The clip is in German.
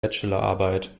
bachelorarbeit